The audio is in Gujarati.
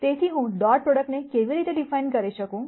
તેથી હું ડોટ પ્રોડક્ટ ને કેવી રીતે ડિફાઈન કરી શકું